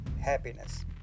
happiness